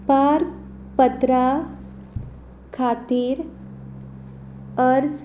पारपत्रा खातीर अर्ज